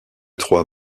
trois